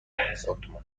هزارتومان